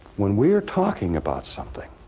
when we are talking about something